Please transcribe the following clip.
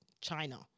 China